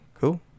cool